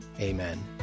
Amen